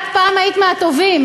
את פעם היית מהטובים.